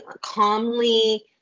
calmly